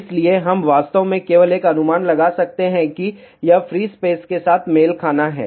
इसलिए हम वास्तव में केवल एक अनुमान लगा सकते हैं कि यह फ्री स्पेस के साथ मेल खाना है